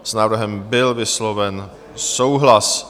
S návrhem byl vysloven souhlas.